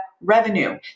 revenue